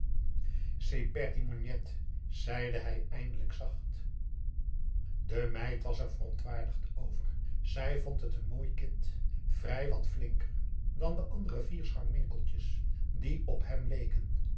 seperti monjet zei hij eindelijk zacht de meid was er verontwaardigd over zij vond het een mooi kind vrij wat flinker dan de andere vier scharminkels die op hem leeken